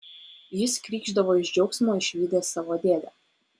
jis krykšdavo iš džiaugsmo išvydęs savo dėdę